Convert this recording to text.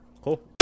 cool